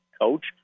coach